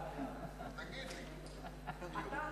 נגד, אפס,